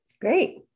Great